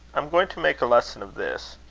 i'm going to make a lesson of this.